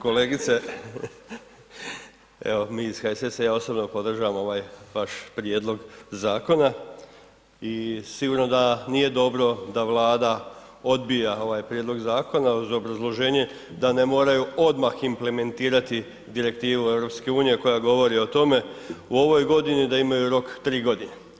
Kolegice evo mi iz HSS i ja osobno podržavam ovaj vaš prijedlog zakona i sigurno da nije dobro da Vlada odbija ovaj prijedlog zakona uz obrazloženje da ne moraju odmah implementirati Direktivu EU koja govori o tome u ovoj godini da imaju rok 3 godine.